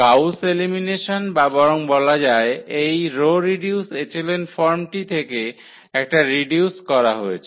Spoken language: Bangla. গাউস এলিমিনেশন বা বরং বলা যায় এই রো রিডিউস এচেলন ফর্মটি থেকে এটা রিডিউস করা হয়েছে